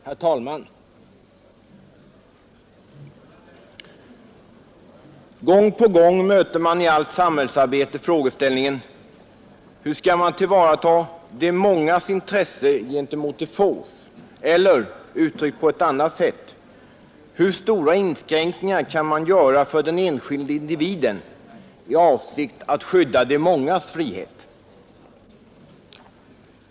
Herr talman! Gång på gång möter vi i allt samhällsarbete frågeställningen: Hur skall man tillvarata de mångas intresse gentemot de fås? Eller utryckt på ett annat sätt: Hur stora inskränkningar kan man göra för den enskilde individen i avsikt att skydda de mångas frihet?